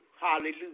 Hallelujah